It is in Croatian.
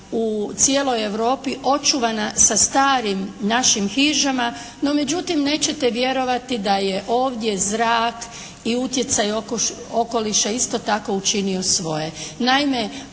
u cijeloj Europi očuvana sa starim našim hižama. No međutim, nećete vjerovati da je ovdje zrak i utjecaj okoliša isto tako učinio svoje.